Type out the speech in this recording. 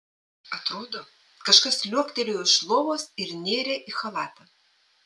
atrodo kažkas liuoktelėjo iš lovos ir nėrė į chalatą